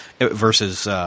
versus